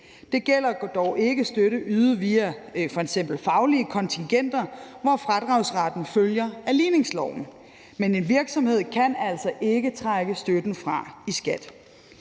Det gælder dog ikke støtte ydet via f.eks. faglige kontingenter, hvor fradragsretten følger af ligningsloven. Men en virksomhed kan altså ikke trække støtten fra i skat.